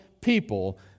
people